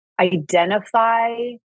identify